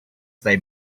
they